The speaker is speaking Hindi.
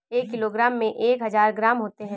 एक किलोग्राम में एक हजार ग्राम होते हैं